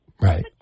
Right